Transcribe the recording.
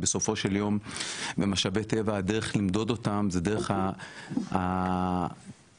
כי בסופו של יום הדרך למדוד אותם זה דרך